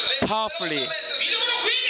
powerfully